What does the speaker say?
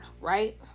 right